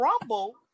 Rumble